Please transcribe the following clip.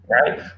right